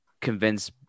convince